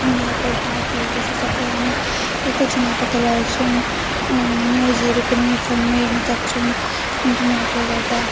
इन्डियाको कहाँ के हुँदैछ सबै हामी एकैछिनमा पता लगाउँछौँ न्युजहरू पनि फोनमै हेर्नुसक्छौँ इन्टरनेटले गर्दा